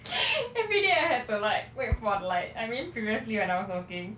everyday I have to like wait for like I mean previously when I was working